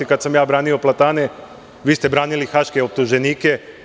Kada sam ja branio platane, vi ste branili haške optuženike.